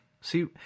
See